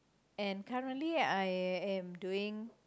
and currently I am doing